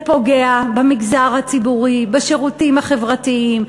זה פוגע במגזר הציבורי, בשירותים החברתיים,